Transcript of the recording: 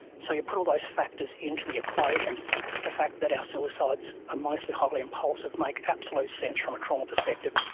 so you put all those factors into the equation and the fact that our suicides are mostly highly impulsive make absolute sense from a trauma perspective.